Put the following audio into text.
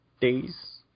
days